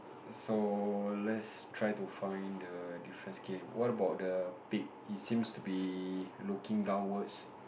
so let's try to find the difference okay what about the pig it seems to be looking downwards